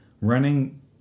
running